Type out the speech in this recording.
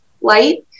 light